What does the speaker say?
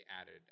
added